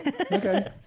Okay